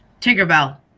Tinkerbell